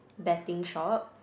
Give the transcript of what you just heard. betting shop